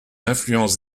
influence